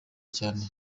cyane